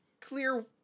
clear